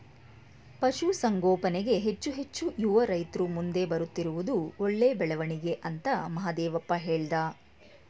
ಪಶುಸಂಗೋಪನೆಗೆ ಹೆಚ್ಚು ಹೆಚ್ಚು ಯುವ ರೈತ್ರು ಮುಂದೆ ಬರುತ್ತಿರುವುದು ಒಳ್ಳೆ ಬೆಳವಣಿಗೆ ಅಂತ ಮಹಾದೇವಪ್ಪ ಹೇಳ್ದ